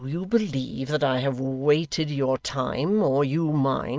do you believe that i have waited your time, or you mine?